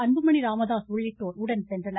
அன்புமணி ராமதாஸ் உள்ளிட்டோர் உடன் சென்றனர்